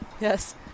Yes